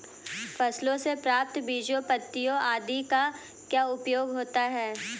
फसलों से प्राप्त बीजों पत्तियों आदि का क्या उपयोग होता है?